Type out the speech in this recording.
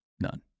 none